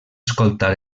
escoltar